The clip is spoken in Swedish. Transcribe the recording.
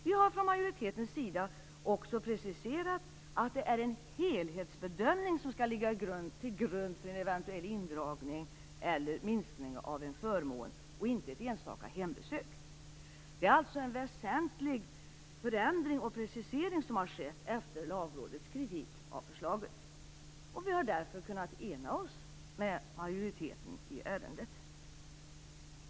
Vi har från majoritetens sida också preciserat att det är en helhetsbedömning som skall ligga till grund för en eventuell indragning eller minskning av en förmån och inte ett enstaka hembesök. Det är alltså en väsentlig förändring och precisering som har skett efter Lagrådets kritik av förslaget. Vi har därför kunnat ena oss med majoriteten i ärendet.